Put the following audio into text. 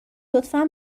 لطفا